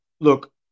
Look